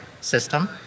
system